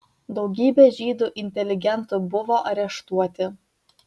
daugybė žydų inteligentų buvo areštuoti